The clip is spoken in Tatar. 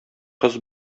кыз